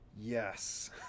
Yes